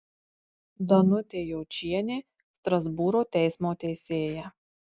danutė jočienė strasbūro teismo teisėja